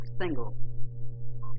single